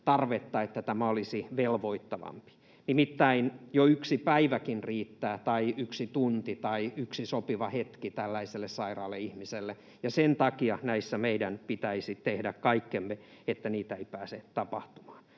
että tämä olisi velvoittavampi. Nimittäin jo yksi päiväkin riittää — tai yksi tunti tai yksi sopiva hetki — tällaiselle sairaalle ihmiselle, ja sen takia meidän pitäisi tehdä kaikkemme, että niitä ei pääse tapahtumaan.